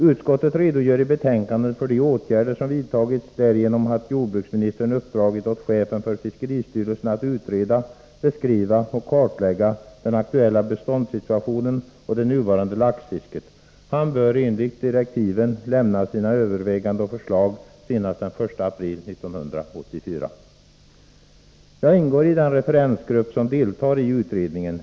Utskottet redogör i betänkandet för de åtgärder som vidtagits därigenom att jordbruksministern uppdragit åt chefen för fiskeristyrelsen att utreda, beskriva och kartlägga den aktuella beståndssituationen och det nuvarande laxfisket. Han bör enligt direktiven lämna sina överväganden och förslag senast den 1 april 1984. Jag ingår i den referensgrupp som deltar i utredningen.